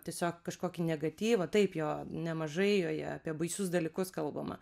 tiesiog kažkokį negatyvą taip jo nemažai joje apie baisius dalykus kalbama